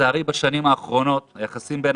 לצערי בשנים האחרונות היחסים בין